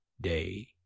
Day